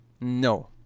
No